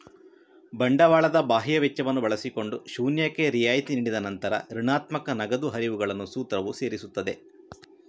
ಬಂಡವಾಳದ ಬಾಹ್ಯ ವೆಚ್ಚವನ್ನು ಬಳಸಿಕೊಂಡು ಶೂನ್ಯಕ್ಕೆ ರಿಯಾಯಿತಿ ನೀಡಿದ ನಂತರ ಋಣಾತ್ಮಕ ನಗದು ಹರಿವುಗಳನ್ನು ಸೂತ್ರವು ಸೇರಿಸುತ್ತದೆ